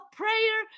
prayer